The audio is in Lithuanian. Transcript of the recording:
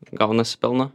gaunasi pelno